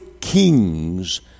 kings